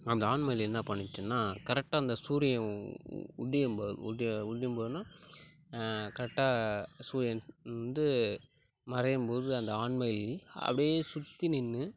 அந்த ஆண் மயில் என்ன பண்ணிச்சுனா கரெட்டாக அந்தச் சூரியன் உதயம் போ உதயம் போதுன்னா கரெட்டா சூரியன் வந்து மறையும்போது அந்த ஆண்மயில் அப்படியே சுற்றி நின்று